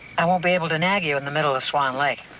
i won't be able to nag you in the middle of swan lake.